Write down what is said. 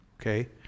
Okay